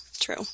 true